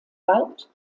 wald